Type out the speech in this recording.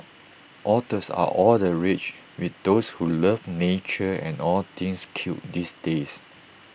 otters are all the rage with those who love nature and all things cute these days